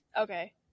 okay